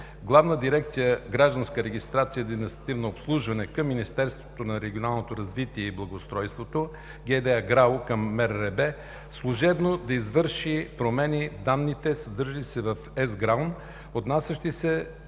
Главна дирекция „Гражданска регистрация и административно обслужване“ към Министерството на регионалното развитие и благоустройството – ГД ГРАО към МРРБ, служебно да извърши промени в данните, съдържащи се в ЕСГРАОН, отнасящи се